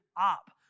up